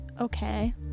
Okay